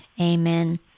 Amen